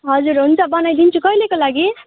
हजुर हुन्छ बनाइदिन्छु कहिलेको लागि